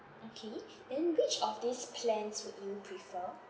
okay then which of these plans would you prefer